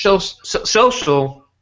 social